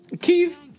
Keith